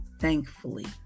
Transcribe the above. thankfully